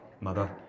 mother